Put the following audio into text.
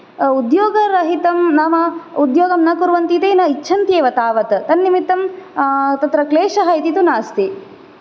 उद्योगरहितं नाम उद्योगं न कुर्वन्ति ते न इच्छन्ति एव तावत् तत् निमित्तं तत्र क्लेशः इति तु नास्ति